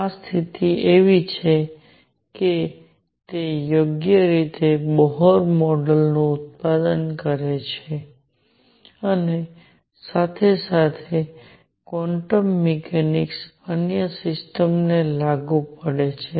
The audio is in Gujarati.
આ સ્થિતિ એવી છે કે તે યોગ્ય રીતે બોહર મોડેલ નું ઉત્પાદન કરે છે અને સાથે સાથે ક્વોન્ટમ મિકેનિક્સ અન્ય સિસ્ટમ્સને લાગુ પડે છે